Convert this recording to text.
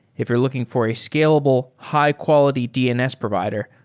if you're looking for a scalable, high-quality dns provider,